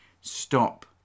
stop